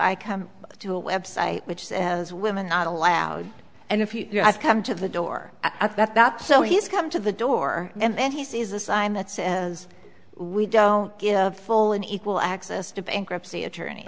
i come to a website which is as women not allowed and if you come to the door at that so he's come to the door and he sees a sign that says we don't give full and equal access to bankruptcy attorney